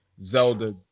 Zelda